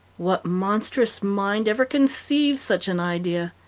what monstrous mind ever conceived such an idea?